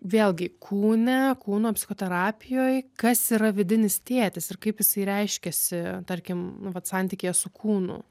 vėlgi kūne kūno psichoterapijoj kas yra vidinis tėtis ir kaip jisai reiškiasi tarkim nu vat santykyje su kūnu